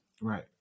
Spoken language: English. Right